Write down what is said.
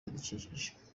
ibidukikije